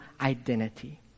identity